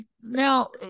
Now